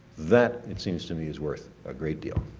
that, it seems to me, is worth a great deal.